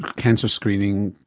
cancer screening,